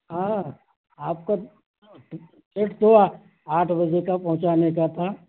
ہاں آپ کا ہوا آٹھ بجے کا پہنچانے کا تھا